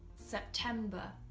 september,